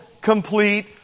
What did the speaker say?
complete